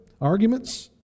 arguments